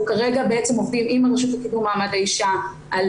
אנחנו כרגע עובדים עם הרשות לקידום מעמד האישה על